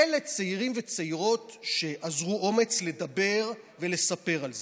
אלה צעירים וצעירות שאזרו אומץ לדבר ולספר על זה.